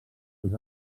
els